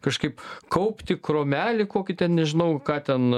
kažkaip kaupti kromelį kokį ten nežinau ką ten